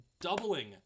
Doubling